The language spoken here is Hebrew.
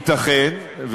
ייתכן,